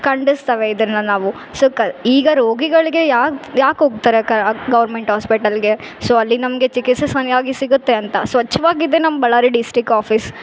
ಖಂಡಸ್ತೇವೆ ಇದನ್ನ ನಾವು ಸೋ ಕ ಈಗ ರೋಗಿಗಳಿಗೆ ಯಾಕೆ ಹೋಗ್ತಾರೆ ಗೌರ್ಮೆಂಟ್ ಹಾಸ್ಪೇಟಲ್ಗೆ ಸೋ ಅಲ್ಲಿ ನಮಗೆ ಚಿಕಿತ್ಸೆ ಸರಿಯಾಗಿ ಸಿಗುತ್ತೆ ಅಂತ ಸ್ವಚ್ಛ್ವಾಗಿದೆ ನಮ್ಮ ಬಳ್ಳಾರಿ ಡಿಸ್ಟ್ರಿಕ್ಟ್ ಆಫೀಸ್